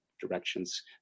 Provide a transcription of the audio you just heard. directions